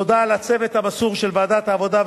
תודה לצוות המסור של ועדת העבודה,